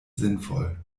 sinnvoll